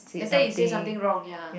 later you say something wrong ya